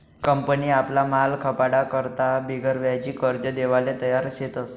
company आपला माल खपाडा करता बिगरव्याजी कर्ज देवाले तयार शेतस